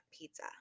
pizza